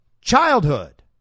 childhood